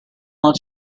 not